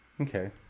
Okay